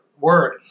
word